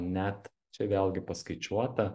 net čia vėlgi paskaičiuota